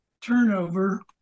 turnover